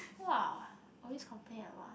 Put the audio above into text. !wah! always complain about